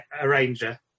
arranger